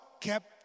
kept